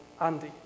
Andy